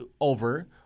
over